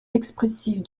expressive